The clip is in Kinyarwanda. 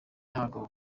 n’abagabo